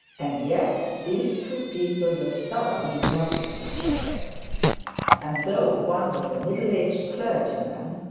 and yet these two people were thoroughly in love with each other and though one was a middle-aged clergyman,